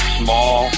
small